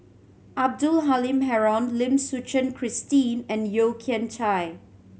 Abdul Halim Haron Lim Suchen Christine and Yeo Kian Chye